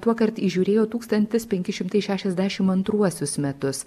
tuokart įžiūrėjo tūkstantis penki šimtai šešiasdešim antruosius metus